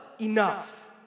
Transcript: enough